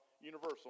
universal